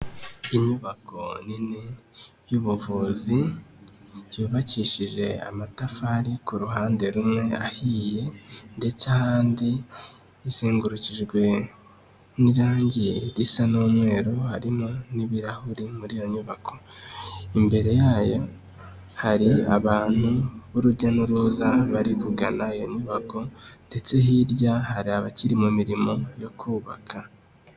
Inyubako nini y'ubuvuzi yubakishije amatafari ku ruhande rumwe ahiye, ndetse ahandi izengurukijwe n'irangi risa n'umweru, harimo n'ibirahuri muri iyo nyubako. Imbere yayo hari abantu b'urujya n'uruza bari kugana iyo nyubako, ndetse hirya hari abakiri mu mirimo yo kubaka.